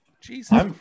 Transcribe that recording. Jesus